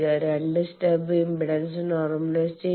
2 stub ഇംപെഡൻസുകൾ normalise ചെയ്യുക